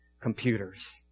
computers